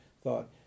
thought